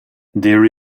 there